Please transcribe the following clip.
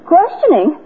Questioning